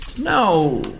No